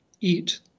Eat